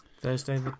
Thursday